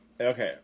Okay